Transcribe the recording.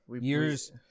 years